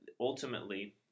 ultimately